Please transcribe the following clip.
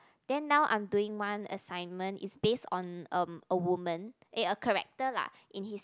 then now I'm doing one assignment is based on um a woman eh a character lah in his